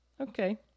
okay